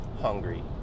hungry